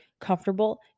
comfortable